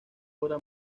obra